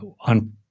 on